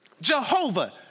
Jehovah